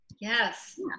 Yes